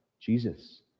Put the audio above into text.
Jesus